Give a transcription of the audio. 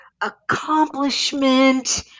accomplishment